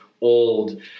old